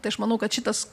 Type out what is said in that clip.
tai aš manau kad šitas